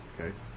okay